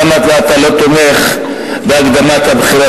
למה אתה לא תומך בהקדמת הבחירות?